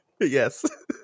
Yes